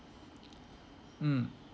mm